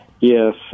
Yes